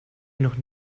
noch